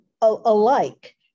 alike